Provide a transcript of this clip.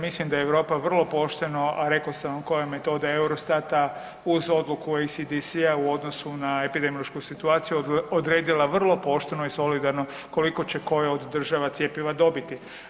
Mislim da Europa vrlo pošteno, a reko sam vam koja je metoda Eurostata uz odluku OECD-a u odnosu na epidemiološku situaciju odredila vrlo pošteno i solidarno koliko će koja od država cjepiva dobiti.